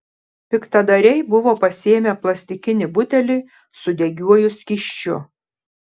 piktadariai buvo pasiėmę plastikinį butelį su degiuoju skysčiu